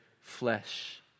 flesh